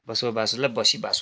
बसोबासलाई बसिबासो